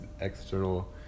external